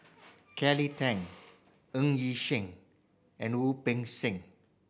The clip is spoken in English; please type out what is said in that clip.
Kelly Tang Ng Yi Sheng and Wu Peng Seng